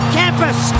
campus